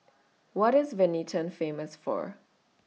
What IS Vientiane Famous For